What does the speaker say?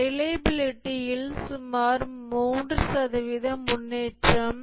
ரிலையபிலிடியில் சுமார் 3 சதவீதம் முன்னேற்றம்